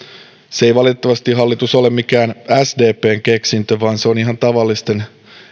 se ei valitettavasti hallitus ole mikään sdpn keksintö vaan se on ihan tavallisten